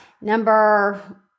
number